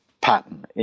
pattern